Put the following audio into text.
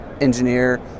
engineer